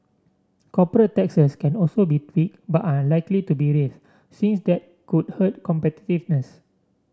corporate taxes can also be tweaked but are unlikely to be raised since that could hurt competitiveness